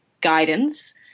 guidance